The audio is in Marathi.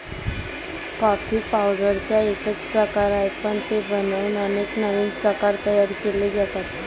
कॉफी पावडरचा एकच प्रकार आहे, पण ते बनवून अनेक नवीन प्रकार तयार केले जातात